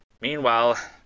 Meanwhile